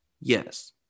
Yes